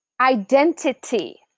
identity